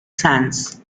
sanz